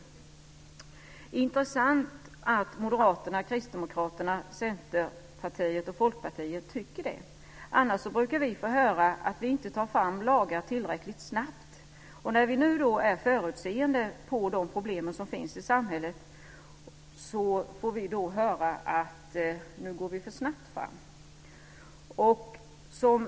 Det är intressant att Moderaterna, Kristdemokraterna, Centerpartiet och Folkpartiet tycker det. Vi brukar annars få höra att vi inte tar fram lagar tillräckligt snabbt. När vi nu är förutseende gällande de problem som finns i samhället får vi höra att vi går för snabbt fram.